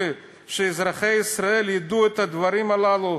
שאזרחי ישראל ידעו את הדברים הללו,